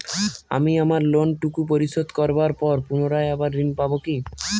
আমি আমার লোন টুকু পরিশোধ করবার পর পুনরায় আবার ঋণ পাবো কি?